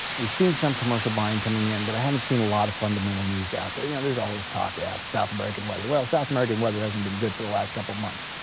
we've seen some commercial buying coming in but i haven't seen a lot of fundamental news out there. you know there's always talk about south american weather, well south american weather hasn't been good for the last couple of months.